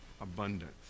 abundance